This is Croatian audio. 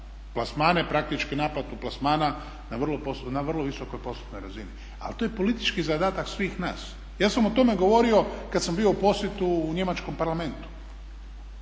plasmane, praktički naplatu plasmana na vrlo visokoj postotnoj razini. Ali to je politički zadatak svih nas. Ja sam o tome govorio kada sam bio u posjetu u njemačkom parlamentu.